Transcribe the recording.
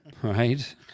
right